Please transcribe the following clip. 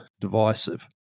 divisive